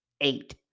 Eight